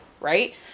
right